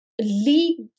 lead